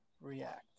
react